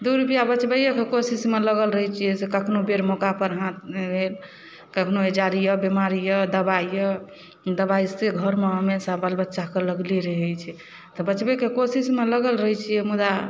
दुइ रुपैआ बचबैओके कोशिशमे लगल रहै छिए से कखनहु बेर मौकापर अहाँ कखनो एचारिए बेमारिए दवाइए दवाइसँ घरमे हमेशा बाल बच्चाके लगले रहै छै तऽ बचबैके कोशिशमे लगल रहै छिए मुदा